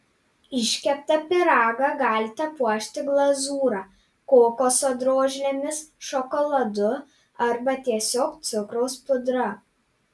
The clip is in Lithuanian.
iškeptą pyragą galite puošti glazūra kokoso drožlėmis šokoladu arba tiesiog cukraus pudra